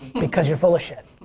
because you're full of shit.